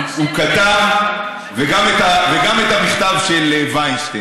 הוא כתב, לא, וינשטיין, גם את המכתב של וינשטיין.